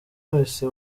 wese